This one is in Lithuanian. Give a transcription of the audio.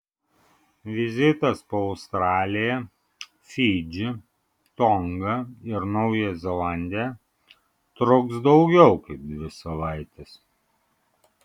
vizitas po australiją fidžį tongą ir naująją zelandiją truks daugiau kaip dvi savaites